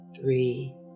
three